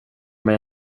mig